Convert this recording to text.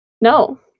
No